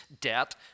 debt